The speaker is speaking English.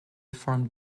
formed